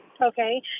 Okay